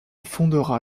fondera